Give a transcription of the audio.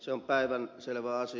se on päivänselvä asia